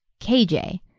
KJ